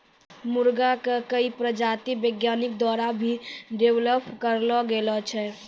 मुर्गा के कई प्रजाति वैज्ञानिक द्वारा भी डेवलप करलो गेलो छै